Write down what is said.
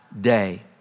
day